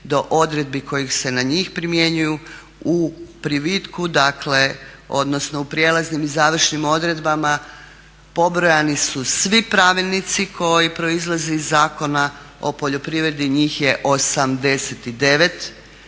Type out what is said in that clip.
do odredbi koje se na njih primjenjuju. U privitku odnosno u prijelaznim i završnim odredbama pobrojani su svi pravilnici koji proizlaze iz Zakona o poljoprivredi. Njih je 89.